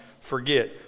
forget